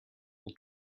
will